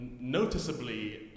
noticeably